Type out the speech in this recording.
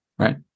Right